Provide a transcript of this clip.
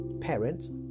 parents